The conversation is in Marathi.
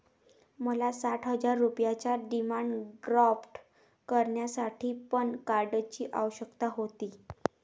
मला साठ हजार रुपयांचा डिमांड ड्राफ्ट करण्यासाठी पॅन कार्डची आवश्यकता होती